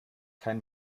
kein